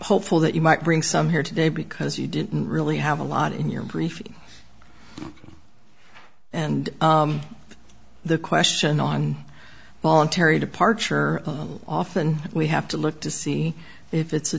hopeful that you might bring some here today because you didn't really have a lot in your briefing and the question on voluntary departure often we have to look to see if it's